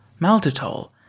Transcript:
maltitol